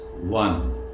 one